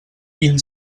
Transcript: quin